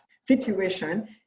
situation